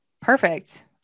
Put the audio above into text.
Perfect